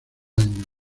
año